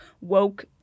woke